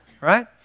right